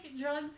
drugs